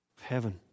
heaven